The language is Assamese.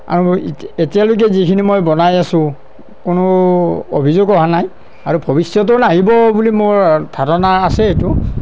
আৰু এতিয়া এতিয়ালৈকে যিখিনি মই বনাই আছোঁ কোনো অভিযোগ অহা নাই আৰু ভৱিষ্যতেও নাহিব বুলি মোৰ ধাৰণা আছে সেইটোৰ